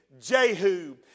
Jehu